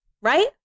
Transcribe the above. Right